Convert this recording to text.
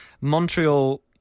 Montreal